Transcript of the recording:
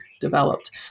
developed